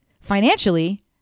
financially